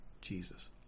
Jesus